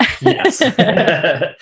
Yes